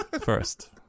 first